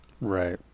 Right